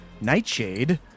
Nightshade